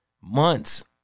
months